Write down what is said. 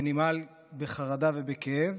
זה נמהל בחרדה ובכאב,